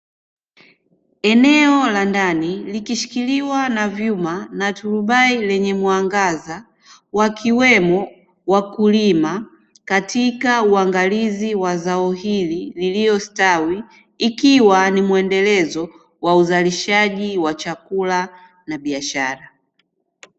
Eneo la ndani, likishikiliwa na vyuma na turubai lenye mwangaza, wakiwemo wakulima katika uangalizi wa zao hili lililostawi, ikiwa ni muendelezo wa uzalishaji wa chakula na biashara.